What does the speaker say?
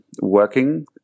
working